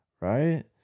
right